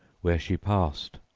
where she passed,